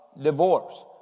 divorce